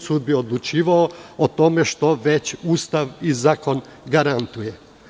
Sud bi odlučivao o tome što već Ustav i zakon garantuju.